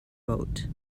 boat